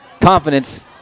confidence